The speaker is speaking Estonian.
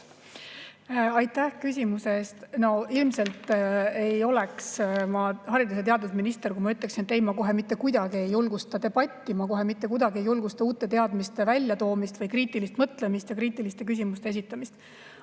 Aitäh küsimuse eest! No ilmselt ei oleks ma haridus‑ ja teadusminister, kui ma ütleksin, et ei, ma kohe mitte kuidagi ei julgusta debatti, ma kohe mitte kuidagi ei julgusta uute teadmiste väljatoomist või kriitilist mõtlemist ja kriitiliste küsimuste esitamist.